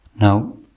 Now